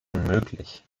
unmöglich